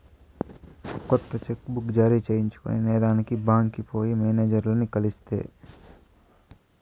కొత్త cheque book జారీ చేయించుకొనేదానికి బాంక్కి పోయి మేనేజర్లని కలిస్తి